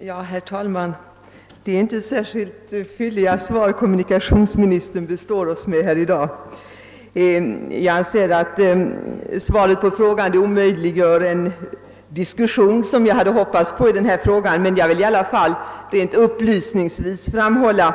Herr talman! Det är inte särskilt fylliga svar som kommunikationsministern i dag består oss med. Jag anser att svaret på min fråga omöjliggör den diskussion som jag hade hoppats på. Jag vill dock upplysningsvis framhålla